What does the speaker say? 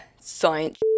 science